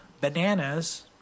bananas